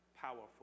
Powerful